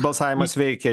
balsavimas veikia